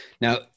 Now